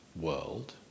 world